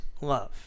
love